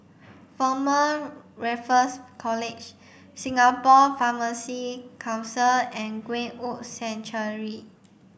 Former Raffles College Singapore Pharmacy Council and Greenwood Sanctuary